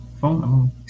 phone